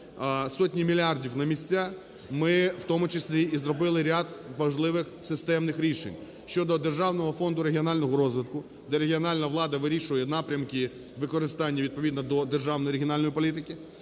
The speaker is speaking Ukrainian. сотні мільярдів на місця, ми, в тому числі і зробили ряд важливих системних рішень щодо Державного фонду регіонального розвитку, де регіональна влада вирішує напрямки використання відповідно до державної регіональної політики.